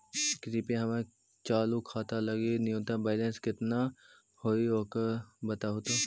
कृपया हमर चालू खाता लगी न्यूनतम बैलेंस कितना हई ऊ बतावहुं